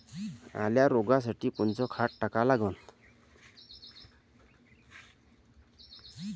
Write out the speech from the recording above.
लाल्या रोगासाठी कोनचं खत टाका लागन?